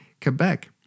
Quebec